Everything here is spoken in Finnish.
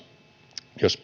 jos